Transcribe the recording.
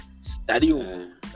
Stadium